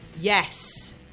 yes